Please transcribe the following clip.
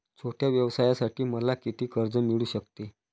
छोट्या व्यवसायासाठी मला किती कर्ज मिळू शकते?